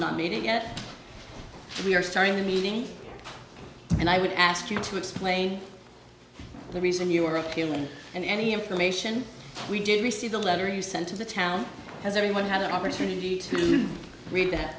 have not meeting yet we are starting the meeting and i would ask you to explain the reason you are killing and any information we didn't receive the letter you sent to the town has everyone had an opportunity to read that